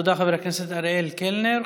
תודה, חבר הכנסת אריאל קלנר.